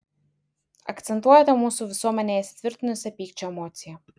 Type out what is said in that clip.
akcentuojate mūsų visuomenėje įsitvirtinusią pykčio emociją